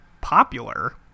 popular